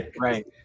Right